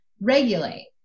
regulate